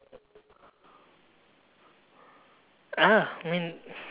ah I mean